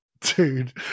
Dude